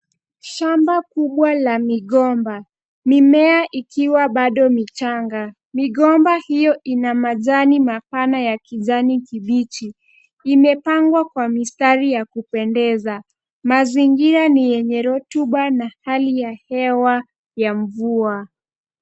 Shamba kubwa la migomba. Mimea ikiwa bado michanga. Migomba hiyo ina majani mapana ya kijani kibichi. Imepangwa kwa mistari ya kupendeza. Mazingira ni yenye rotuba na hali ya hewa ya mvua.